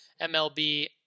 MLB